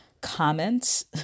comments